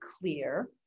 clear